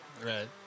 Right